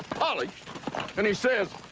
polished and he says.